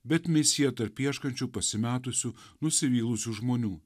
bet misiją tarp ieškančių pasimetusių nusivylusių žmonių